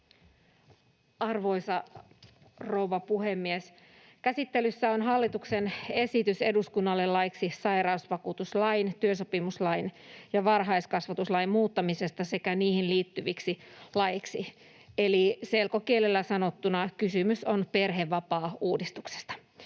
Arvoisa rouva puhemies! Käsittelyssä on hallituksen esitys eduskunnalle laiksi sairausvakuutuslain, työsopimuslain ja varhaiskasvatuslain muuttamisesta sekä niihin liittyviksi laeiksi, eli selkokielellä sanottuna kysymys on perhevapaauudistuksesta.